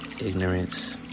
ignorance